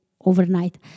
overnight